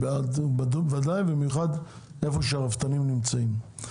בוודאי איפה שהרפתנים נמצאים.